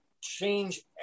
change